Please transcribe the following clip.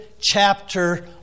chapter